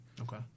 Okay